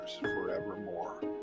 forevermore